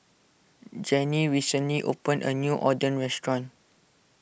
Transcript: Jenni recently opened a new Oden restaurant